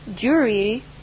Jury